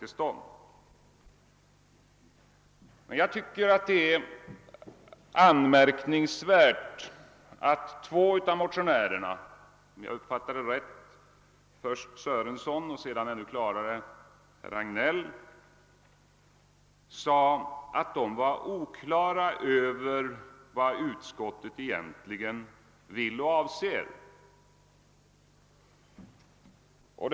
Anmärkningsvärt nog sade emellertid två av motionärerna — om jag uppfattat saken rätt först herr Sörenson och sedan ännu klarare herr Hagnell — att de inte var på det klara med vad utskottet egentligen anser och syftar till.